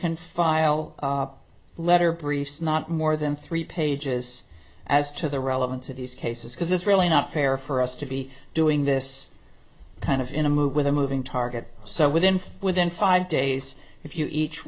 can file a letter briefs not more than three pages as to the relevance of these cases because it's really not fair for us to be doing this kind of in a move with a moving target so within five within five days if you each